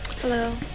Hello